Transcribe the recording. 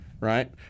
right